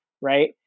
right